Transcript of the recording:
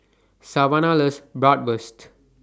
Savanna loves Bratwurst